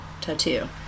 tattoo